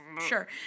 Sure